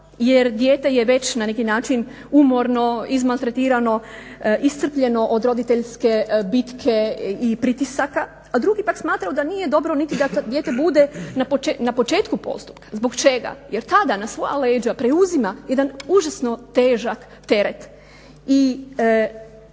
jer dijete je već na neki način umorno, izmaltretirano, iscrpljeno od roditeljske bitke i pritisaka, a drugi pak smatraju da nije dobro niti da dijete bude na početku postupka. Zbog čega? Jer tada na svoja leđa preuzima jedan užasno težak teret